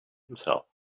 himself